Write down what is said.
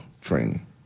training